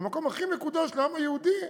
במקום הכי מקודש לעם היהודי,